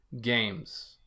games